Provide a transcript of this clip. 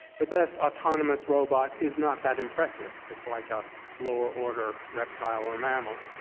the best autonomous robot is not that impressive. it's like a lower order reptile or mammal,